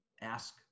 ask